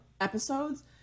episodes